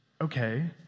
okay